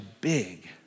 big